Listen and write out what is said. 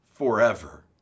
forever